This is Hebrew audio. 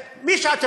ואם זה של אולמרט,